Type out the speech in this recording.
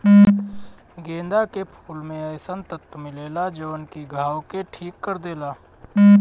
गेंदा के फूल में अइसन तत्व मिलेला जवन की घाव के ठीक कर देला